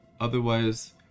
otherwise